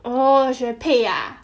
oh xue pei ah